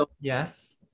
yes